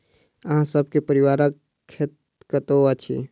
अहाँ सब के पारिवारिक खेत कतौ अछि?